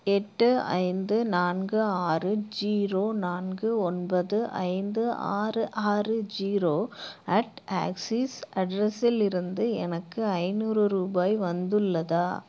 எட்டு ஐந்து நான்கு ஆறு ஜீரோ நான்கு ஒன்பது ஐந்து ஆறு ஆறு ஜீரோ அட் ஆக்சிஸ் அட்ரஸிலிருந்து எனக்கு ஐநூறு ரூபாய் வந்துள்ளதா